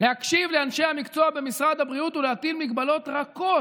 להקשיב לאנשי המקצוע במשרד הבריאות ולהטיל הגבלות רכות.